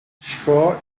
straw